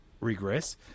Regress